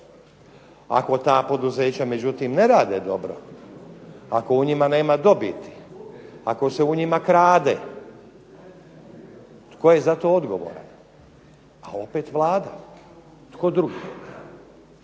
Ako ta poduzeća međutim ne rade dobro, ako u njima nema dobiti, ako se u njima krade tko je za to odgovoran? Pa opet Vlada, tko drugi.